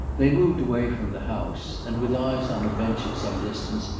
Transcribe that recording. they moved away from the house, and, with eyes on a bench at some distance,